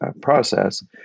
process